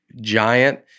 giant